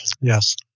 Yes